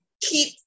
Keep